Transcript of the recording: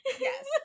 Yes